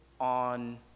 on